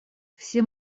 все